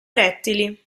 rettili